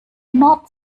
not